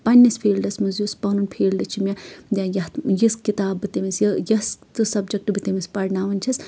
پَنٕنِس فیٖلڈس منٛز یُس پنُن فیٖلڈٕ چھُ مےٚ یا یتھ یژھ کِتاب بہٕ تٔمِس یۄس سِبجیکٹ بہٕ تٔمِس پَرناون چھس